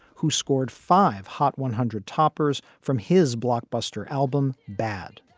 who scored five hot one hundred toppers from his blockbuster album bad.